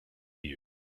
you